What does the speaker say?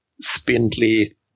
spindly